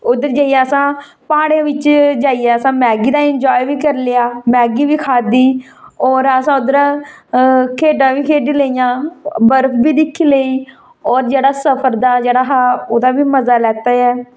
उद्धर जेइये अस प्हाडे़े बिच जाइये अस मैगी दा इंजॉय बी करी लैआ मैगी बी खाद्धी होर अस उद्धर खेढां बी खेढी लेइयां बर्फ बी दिक्खी लेई होर जेह्ड़ा सफर दा जेह्ड़ा हा ओह्दा बी मजा लैता ऐ